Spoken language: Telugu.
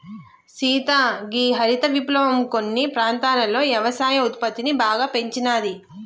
సీత గీ హరిత విప్లవం కొన్ని ప్రాంతాలలో యవసాయ ఉత్పత్తిని బాగా పెంచినాది